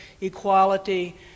equality